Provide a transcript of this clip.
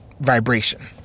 vibration